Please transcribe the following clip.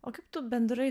o kaip tu bendrai